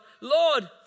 Lord